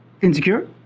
Insecure